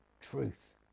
truth